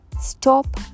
stop